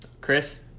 Chris